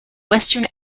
western